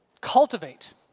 Cultivate